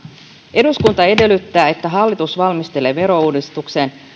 eduskunta edellyttää että hallitus valmistelee verouudistuksen